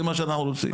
זה מה שאנחנו רוצים.